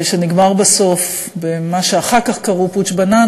שנגמר בסוף במה שאחר כך קראו "פונץ'-בננה",